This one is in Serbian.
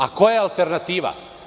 A koja je alternativa?